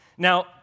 Now